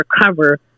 recover